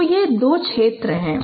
तो ये दो क्षेत्र हैं